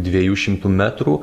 dviejų šimtų metrų